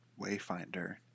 Wayfinder